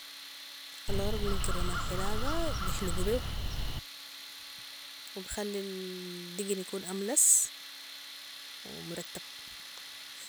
الغرض من كريم الحلاقه بيحلقوا بيو وبيخلي الدقن يكون املس ومرتب